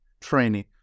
training